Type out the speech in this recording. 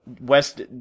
West